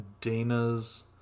Dana's